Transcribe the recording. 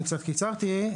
אני קיצרתי.